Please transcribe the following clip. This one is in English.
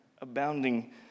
abounding